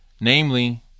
Namely